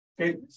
Okay